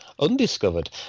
undiscovered